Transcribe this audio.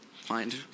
find